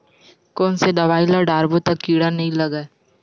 कोन से दवाई ल डारबो त कीड़ा नहीं लगय?